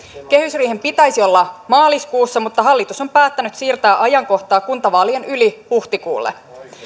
kehysriihen pitäisi olla maaliskuussa mutta hallitus on päättänyt siirtää ajankohtaa kuntavaalien yli huhtikuulle